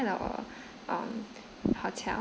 at our um hotel